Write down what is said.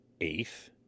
Eighth